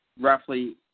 roughly